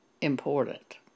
important